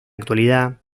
actualidad